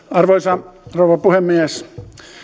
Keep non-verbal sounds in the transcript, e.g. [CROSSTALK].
[UNINTELLIGIBLE] arvoisa rouva puhemies